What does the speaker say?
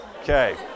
Okay